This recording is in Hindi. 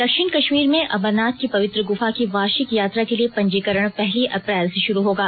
दक्षिण कश्मीर में अमरनाथ की पवित्र गुफा की वार्षिक यात्रा के लिए पंजीकरण पहली अप्रैल से शुरू होगा